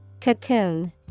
cocoon